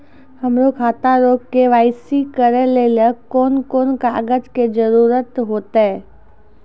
हमरो खाता रो के.वाई.सी करै लेली कोन कोन कागज के जरुरत होतै?